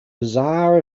bizarre